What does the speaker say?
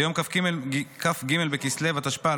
ביום כ"ג בכסלו התשפ"ה,